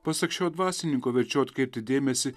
pasak šio dvasininko verčiau atkreipti dėmesį